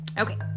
Okay